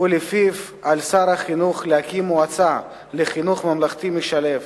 ולפיו על שר החינוך להקים מועצה לחינוך ממלכתי משלב,